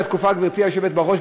גברתי היושבת בראש,